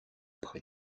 près